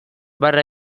barre